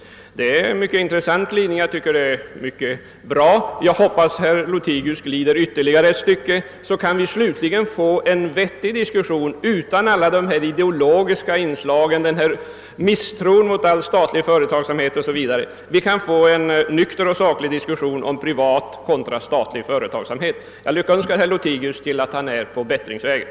Jag tycker att detta är en mycket intressant och tillfredsställande glidning och jag hoppas att herr Lothigius glider ytterligare ett stycke, så att vi slutligen kunde få en nykter och saklig diskussion om privat kontra statlig företagsamhet utan alla dessa ideologiska inslag, misstro mot statlig företagsamhet 0. s. v. Jag lyckönskar herr Lothigius till att han alltså är på bättringsvägen.